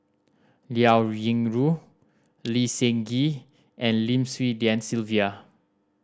Liao Yingru Lee Seng Gee and Lim Swee Lian Sylvia